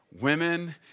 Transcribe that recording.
women